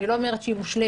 אני לא אומרת שהיא מושלמת.